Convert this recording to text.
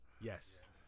Yes